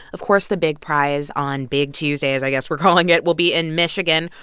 of course the big prize on big tuesday, as i guess we're calling it, will be in michigan,